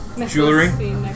Jewelry